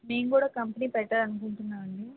మేము కూడా కంపెనీ పెట్టాలనుకుంటున్నాం అండీ